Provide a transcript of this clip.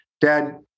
dad